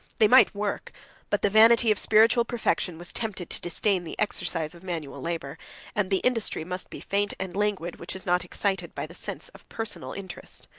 they might work but the vanity of spiritual perfection was tempted to disdain the exercise of manual labor and the industry must be faint and languid, which is not excited by the sense of personal interest.